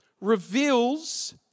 reveals